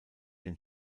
den